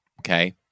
okay